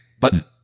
button